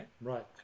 right